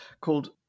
called